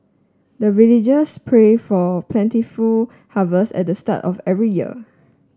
the villagers pray for plentiful harvest at the start of every year